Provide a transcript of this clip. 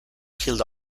killed